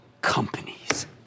companies